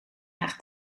haar